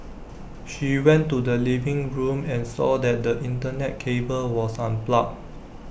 she went to the living room and saw that the Internet cable was unplugged